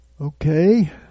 Okay